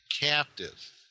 captive